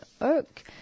Oak